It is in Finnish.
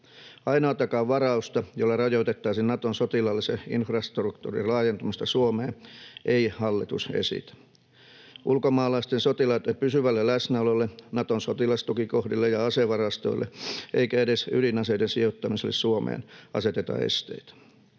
Ainoatakaan varausta, jolla rajoitettaisiin Naton sotilaallisen infrastruktuurin laajentumista Suomeen, ei hallitus esitä. Ei ulkomaalaisten sotilaitten pysyvälle läsnäololle, ei Naton sotilastukikohdille eikä asevarastoille eikä edes ydinaseiden sijoittamiselle Suomeen aseteta esteitä.